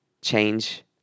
change